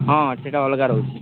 ହଁ ସେଟା ଅଲଗା ରହୁଛି